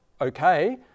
okay